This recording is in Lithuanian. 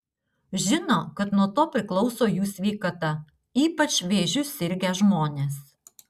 žino kad nuo to priklauso jų sveikata ypač vėžiu sirgę žmonės